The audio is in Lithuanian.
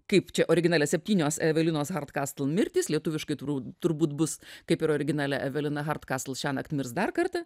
kaip čia originale septynios evelinos hart kastl mirtys lietuviškai turbūt turbūt bus kaip ir originale evelina hart katl šiąnakt mirs dar kartą